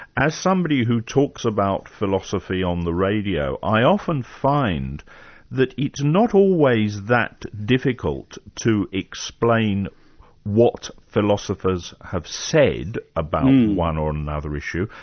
as somebody who talks about philosophy on the radio, i often find that it's not always that difficult to explain what philosophers have said about one or another issue,